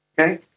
Okay